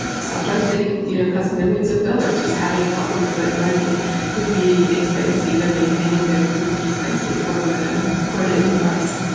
sometimes they you know cost millions of dollars. just having copies of it running could be expensive and maintaining that could be expensive for the for the enterprise.